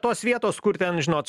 tos vietos kur ten žinot